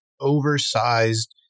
oversized